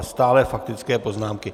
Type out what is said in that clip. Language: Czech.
Stále faktické poznámky.